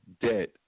debt